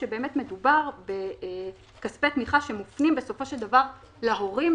שבאמת מדובר בכספי תמיכה שמופנים בסופו של דבר להורים,